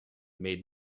made